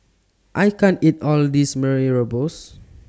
I can't eat All of This Mee Rebus